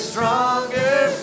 stronger